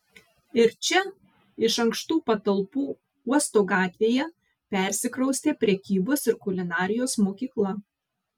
ir čia iš ankštų patalpų uosto gatvėje persikraustė prekybos ir kulinarijos mokykla